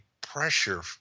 pressure